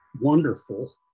wonderful